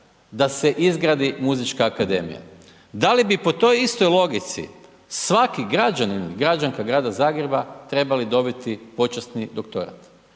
da se izgradi Muzička akademija. Da li bi po toj istoj logici svaki građanin i građanka Grada Zagreba trebali dobiti počasni doktorat?